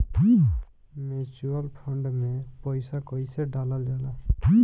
Mutual fund मे पईसा कइसे डालल जाला?